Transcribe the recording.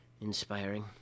inspiring